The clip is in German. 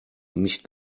nicht